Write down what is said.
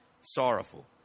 sorrowful